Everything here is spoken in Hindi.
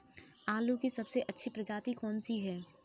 आलू की सबसे अच्छी प्रजाति कौन सी है?